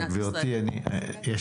סליחה, אבל אני שוב עוצר אותך.